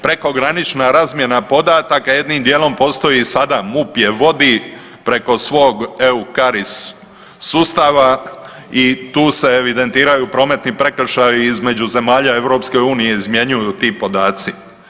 Prekogranična razmjena podataka jednom dijelom postoji i sada, MUP je vodi preko svog EUCARIS sustava i tu se evidentiraju i prometni prekršaji između zemalja EU izmjenjuju ti podaci.